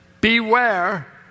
beware